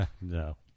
No